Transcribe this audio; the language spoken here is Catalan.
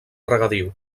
regadiu